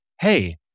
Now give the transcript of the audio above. hey